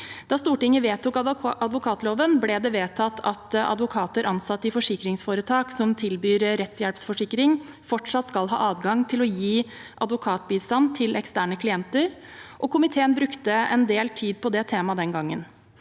Da Stortinget vedtok advokatloven, ble det vedtatt at advokater ansatt i forsikringsforetak som tilbyr rettshjelpsforsikring, fortsatt skal ha adgang til å gi advokatbistand til eksterne klienter. Komiteen brukte en del tid på det temaet den gangen.